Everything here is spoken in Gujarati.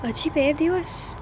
હજી બે દિવસ